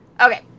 okay